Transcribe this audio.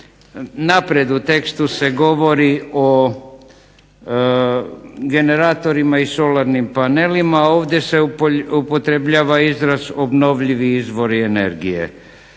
Naprijed u tekstu se govori o generatorima i solarnim panelima, a ovdje se upotrebljava izraz obnovljivi izvori energije.